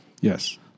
Yes